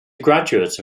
graduate